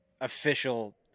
official